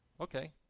Okay